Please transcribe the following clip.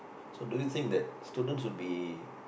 so do you think that students will be